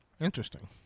Interesting